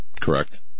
correct